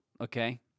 Okay